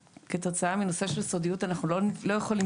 כתוצאה מנושא של סודיות אנחנו לא יכולים